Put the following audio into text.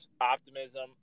optimism